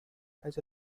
has